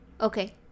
Okay